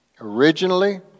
Originally